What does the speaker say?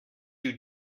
you